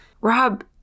Rob